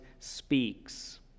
Speaks